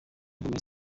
gomez